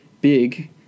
big